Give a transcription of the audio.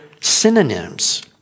synonyms